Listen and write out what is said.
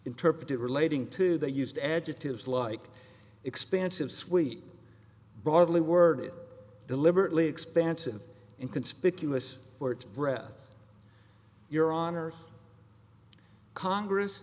interpreted relating to they used adjectives like expansive sweep broadly worded deliberately expansive in conspicuous for its breath your honor congress